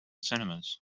cinemas